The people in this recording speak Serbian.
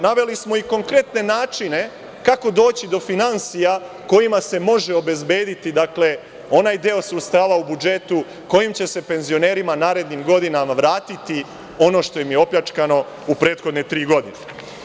Naveli smo i konkretne načine kako doći do finansija kojima se množe obezbediti onaj deo sredstava u budžetu kojim će se penzionerima u narednim godinama vratiti ono što je opljačkano u prethodne tri godine.